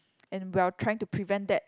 and while trying to prevent that